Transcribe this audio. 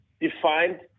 defined